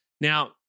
Now